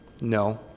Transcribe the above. No